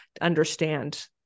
understand